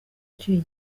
icyuye